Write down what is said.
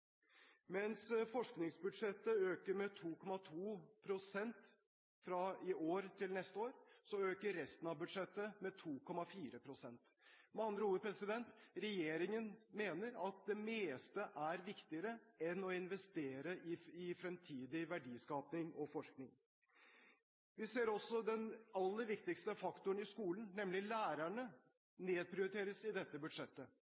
Mens forskningsbudsjettet øker med 2,2 pst. fra i år til neste år, øker resten av budsjettet med 2,4 pst. Med andre ord: Regjeringen mener at det meste er viktigere enn å investere i fremtidig verdiskaping og forskning. Vi ser også at den aller viktigste faktoren i skolen – nemlig lærerne – nedprioriteres i dette budsjettet,